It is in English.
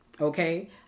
Okay